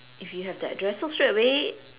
if you have the address so straightaway